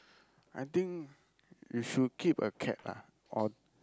I think you should keep a cat ah or